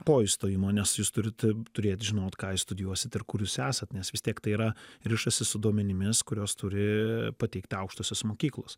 po įstojimo nes jūs turit turėt žinot ką studijuosit ir kur jūs esat nes vis tiek tai yra rišasi su duomenimis kuriuos turi pateikti aukštosios mokyklos